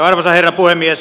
arvoisa herra puhemies